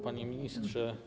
Panie Ministrze!